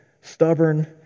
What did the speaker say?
stubborn